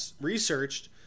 researched